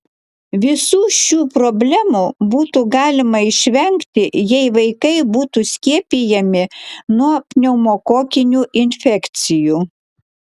visų šių problemų būtų galima išvengti jei vaikai būtų skiepijami nuo pneumokokinių infekcijų